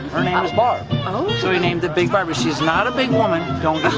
her name um is barb. so we named it big barbie. she is not a big woman, don't